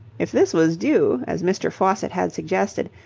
if this was due, as mr. faucitt had suggested,